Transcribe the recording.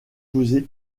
causés